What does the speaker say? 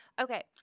Okay